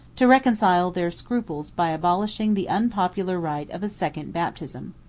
to reconcile their scruples by abolishing the unpopular rite of a second baptism.